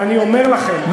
אבל אני אומר לכם,